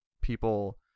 people